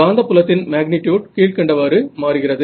காந்த புலத்தின் மாக்னிடியூட் கீழ்க்கண்டவாறு மாறுகிறது